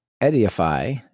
edify